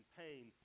pain